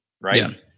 right